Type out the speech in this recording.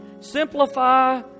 Simplify